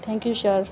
thank you sir